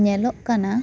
ᱧᱮᱞᱚᱜ ᱠᱟᱱᱟ